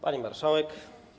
Pani Marszałek!